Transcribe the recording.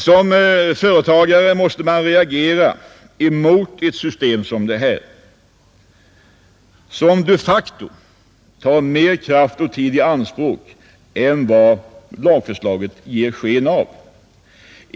Som företagare måste man reagera emot ett system som detta, som de facto tar mer kraft och tid i anspråk än vad lagförslaget ger sken av.